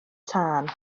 tân